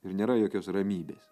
ir nėra jokios ramybės